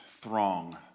throng